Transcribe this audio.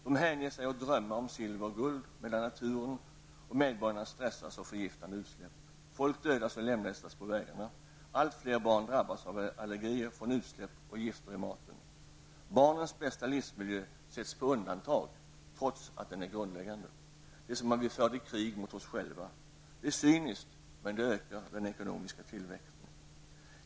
Den hänger sig åt drömmar om silver och guld medan naturen och medborgarna stressas av förgiftande utsläpp, folk dödas och lemlästas på vägarna, allt fler barn drabbas av allergier från utsläpp och gifter i maten. Barnens bästa livsmiljö sätts på undantag, trots att den är grundläggande. Det är som om vi förde krig mot oss själva! Det är cyniskt, men det ökar den ekonomiska tillväxten.